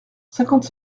cinquante